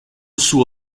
suo